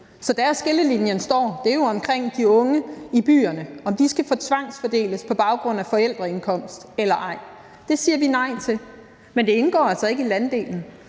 hvor skillelinjen går, er jo omkring de unge i byerne, altså om de skal tvangsfordeles på baggrund af forældreindkomst eller ej. Det siger vi nej til – men det indgår altså ikke i landdelen,